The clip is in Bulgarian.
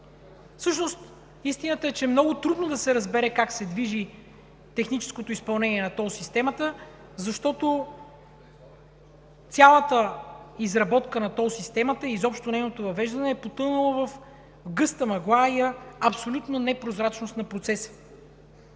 Всъщност истината е, че много трудно е да се разбере как се движи техническото изпълнение на тол системата, защото цялата ѝ изработка, изобщо нейното въвеждане е потънало в гъста мъгла и непрозрачност на процеса.